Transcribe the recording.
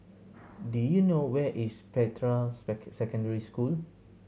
do you know where is Spectra Secondary School